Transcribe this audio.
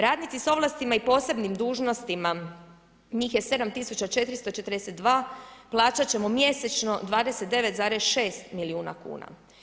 Radnicima s ovlastima i posebnim dužnostima, njih je 7442, plaćat ćemo mjesečno 29,6 milijuna kuna.